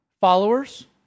Followers